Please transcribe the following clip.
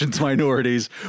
minorities